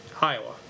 Iowa